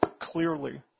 clearly